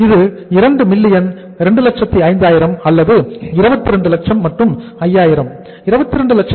இது 2 மில்லியன் 205000 அல்லது 22 லட்சம் மற்றும் 5000